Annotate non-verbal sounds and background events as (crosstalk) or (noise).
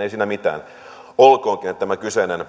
(unintelligible) ei siinä mitään olkoonkin että tämä kyseinen